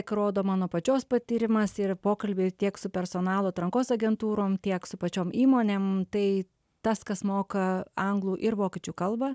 ką rodo mano pačios patyrimas ir pokalbiai tiek su personalo atrankos agentūrom tiek su pačiom įmonėm tai tas kas moka anglų ir vokiečių kalbą